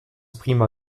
prima